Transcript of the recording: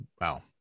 wow